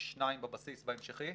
בבסיס בהמשכי.